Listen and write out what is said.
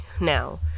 Now